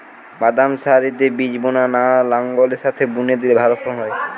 বাদাম সারিতে বীজ বোনা না লাঙ্গলের সাথে বুনে দিলে ভালো ফলন হয়?